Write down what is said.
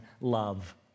love